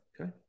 okay